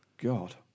God